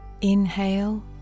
inhale